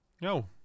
No